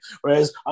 whereas